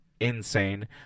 insane